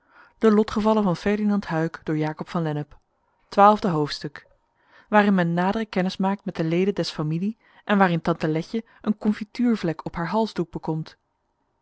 hoofdstuk waarin men nadere kennis maakt met de leden des familie en waarin tante letje een confituurvlek op haar halsdoek bekomt